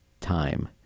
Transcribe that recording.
time